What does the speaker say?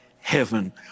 heaven